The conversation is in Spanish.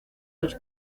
los